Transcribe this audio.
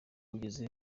ugeze